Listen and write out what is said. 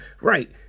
right